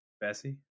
bessie